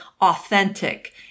authentic